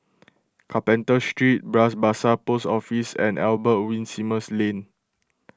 Carpenter Street Bras Basah Post Office and Albert Winsemius Lane